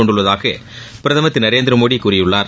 கொண்டுள்ளதாக பிரதமர் திரு நரேந்திரமோடி கூறியுள்ளார்